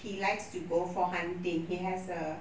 he likes to go for hunting he has a